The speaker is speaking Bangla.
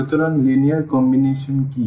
সুতরাং লিনিয়ার কম্বিনেশন কী